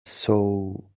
soul